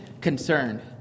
concerned